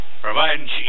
Providing